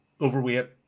Overweight